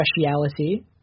Speciality